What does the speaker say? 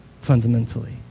fundamentally